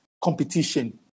competition